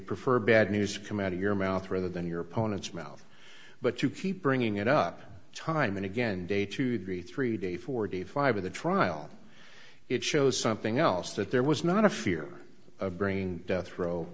prefer bad news come out of your mouth rather than your opponent's mouth but you keep bringing it up time and again day to day three day forty five of the trial it shows something else that there was not a fear of bringing death row